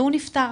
והוא נפטר.